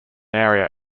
area